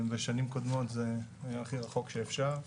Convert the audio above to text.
בשנים קודמות זה היה הכי רחוק שאפשר.